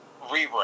Rebrand